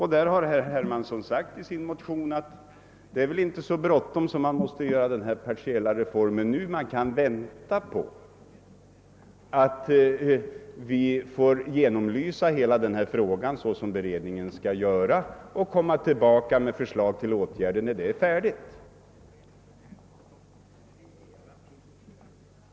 Herr Hermansson har i sin motion framhållit att det inte skulle vara så bråttom med att genomföra en partiell reform. Vi skulle kunna avvakta tills hela denna fråga blivit ordentligt genomlyst, en uppgift som åligger den tillsatta beredningen, och därefter återkomma med förslag till åtgärder.